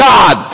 God